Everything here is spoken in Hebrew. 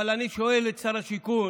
אבל אני שואל את שר השיכון,